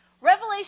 Revelation